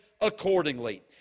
accordingly